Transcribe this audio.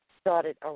started